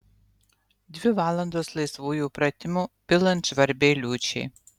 dvi valandos laisvųjų pratimų pilant žvarbiai liūčiai